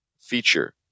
feature